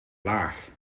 laag